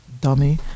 Dummy